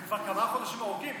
זה כבר כמה חודשים ארוכים.